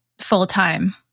full-time